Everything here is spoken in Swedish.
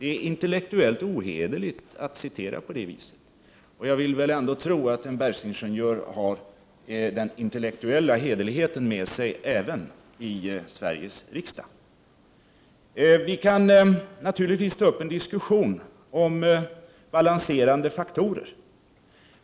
Det är intellektuellt ohederligt att citera på det sättet. Jag vill väl ändå tro att en bergsingenjör har den intellektuella hederligheten med sig även i Sveriges riksdag. Vi kan naturligtvis ta upp en diskussion om balanserande faktorer.